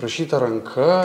rašyta ranka